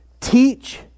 Teach